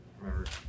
remember